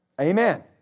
Amen